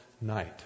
night